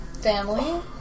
family